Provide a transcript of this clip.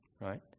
right